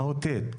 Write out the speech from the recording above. מהותית.